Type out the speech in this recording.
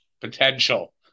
potential